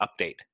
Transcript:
update